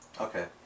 Okay